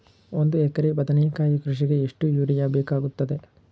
ಒಂದು ಎಕರೆ ಬದನೆಕಾಯಿ ಕೃಷಿಗೆ ಎಷ್ಟು ಯೂರಿಯಾ ಬೇಕಾಗುತ್ತದೆ?